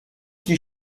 qui